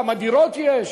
כמה דירות יש,